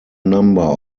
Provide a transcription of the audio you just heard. number